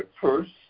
first